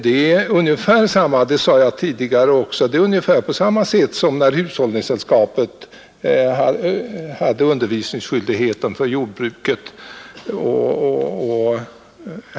Det är ungefär på samma sätt — det har jag sagt tidigare — som när hushållningssällskapen på sin tid hade undervisningsskyldigheten för jordbruket.